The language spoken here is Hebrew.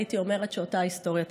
והייתי אומרת שאותה ההיסטוריה תזכור.